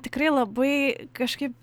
tikrai labai kažkaip